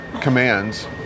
commands